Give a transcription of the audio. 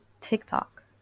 TikTok